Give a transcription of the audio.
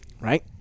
right